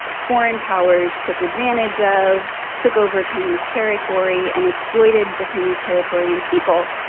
foreign powers took advantage of took over chinese territory and exploited the chinese territory and people.